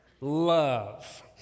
love